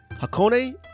Hakone